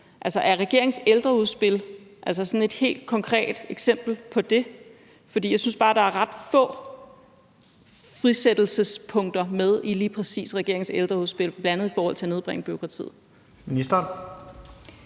sektor. Er regeringens ældreudspil et helt konkret eksempel på det? For jeg synes bare, at der er ret få frisættelsespunkter med i lige præcis regeringens ældreudspil, bl.a. i forhold til at nedbringe bureaukratiet.